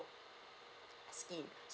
scheme